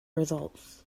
results